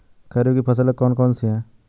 खरीफ की फसलें कौन कौन सी हैं?